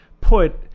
put